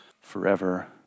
forever